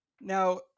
Now